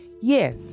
Yes